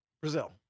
brazil